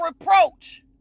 reproach